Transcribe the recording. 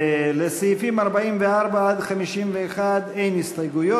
לסעיפים 44 51 אין הסתייגויות.